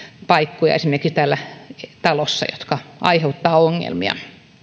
paikkoja esimerkiksi täällä talossa jotka aiheuttavat ongelmia